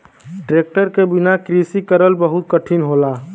tractor क बिना कृषि करल बहुत कठिन होला